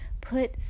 put